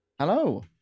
Hello